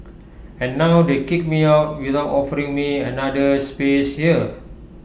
and now they kick me out without offering me another space here